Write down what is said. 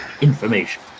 Information